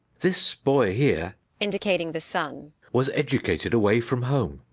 this boy here indicating the son was educated away from home,